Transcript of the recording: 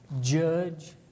judge